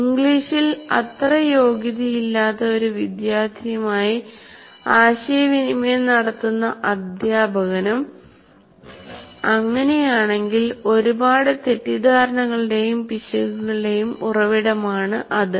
ഇംഗ്ലീഷിൽ അത്ര യോഗ്യതയില്ലാത്ത ഒരു വിദ്യാർത്ഥിയുമായി ആശയവിനിമയം നടത്തുന്ന അധ്യാപകനും അങ്ങിനെയാണെങ്കിൽഒരുപാട് തെറ്റിദ്ധാരണകളുടെയും പിശകുകളുടെയും ഉറവിടമാണ് അത്